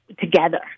together